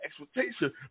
expectation